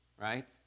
Right